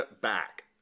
back